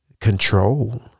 control